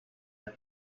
that